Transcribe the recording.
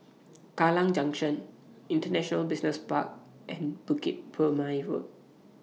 Kallang Junction International Business Park and Bukit Purmei Road